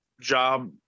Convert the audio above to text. job